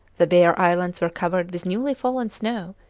the bear islands were covered with newly fallen snow,